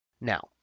Now